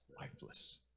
lifeless